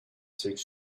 six